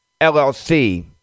LLC